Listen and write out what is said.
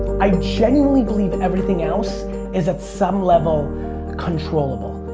i genuinely believe and everything else is at some level controllable.